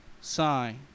sign